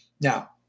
Now